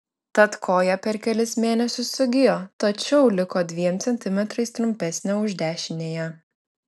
tad koja per kelis mėnesius sugijo tačiau liko dviem centimetrais trumpesnė už dešiniąją